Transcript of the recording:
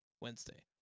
Wednesday